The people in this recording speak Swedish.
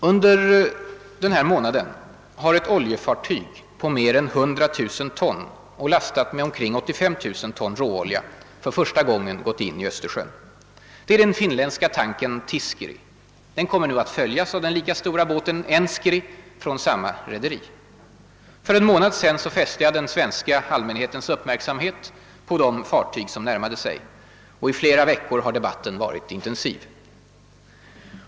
Under den här månaden har ett oljefartyg på mer än 100 000 ton och lastat med omkring 85 000 ton råolja för första gången gått in i Öster sjön. Det är den finländska tankern Tiiskeri. Den kommer nu att följas av den lika stora båten Enskeri från samma rederi. För en månad sedan fäste jag den svenska allmänhetens uppmärksamhet på de fartyg som närmade sig. I flera veckor har debatten varit intensiv.